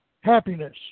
happiness